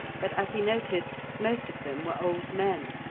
but, as he noticed, most of them were old men,